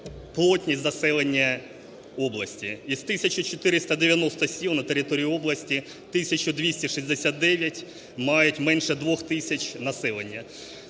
плотність заселення області. Із тисячі 490 сіл на території області тисяча 269 мають менше двох тисяч населення.